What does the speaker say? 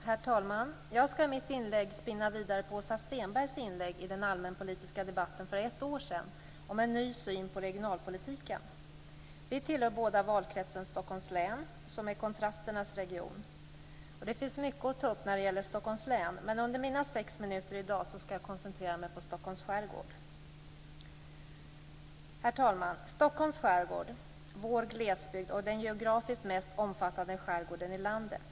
Herr talman! Jag skall i mitt inlägg spinna vidare på Åsa Stenbergs inlägg i den allmänpolitiska debatten för ett år sedan om en ny syn på regionalpolitiken. Vi tillhör båda valkretsen Stockholms län, som är kontrasternas region. Det finns mycket att ta upp när det gäller Stockholms län, men under mina sex minuter i dag skall jag koncentrera mig på Stockholms skärgård. Herr talman! Stockholms skärgård, vår glesbygd, är den geografiskt mest omfattande skärgården i landet.